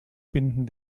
binden